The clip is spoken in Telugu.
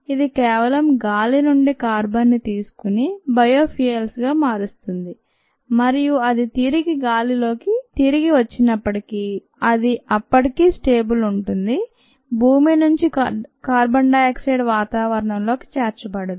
ఇది కేవలం గాలి నుండి కార్బన్ ను తీసుకొని బయో ఫ్యూయల్స్ గా మారుస్తుంది మరియు అది తిరిగి గాలిలోకి తిరిగి వచ్చినప్పటికీ అది అప్పటికీ స్టేబుల్ ఉంటుంది భూమి నుండి కార్బన్ డై ఆక్సైడ్ వాతావరణంలోకి చేర్చబడదు